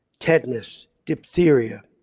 tetanus, diphtheria,